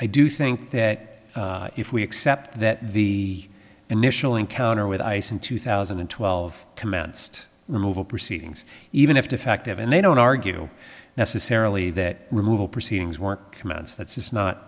i do think that if we accept that the initial encounter with ice in two thousand and twelve commenced removal proceedings even if defective and they don't argue necessarily that removal proceedings weren't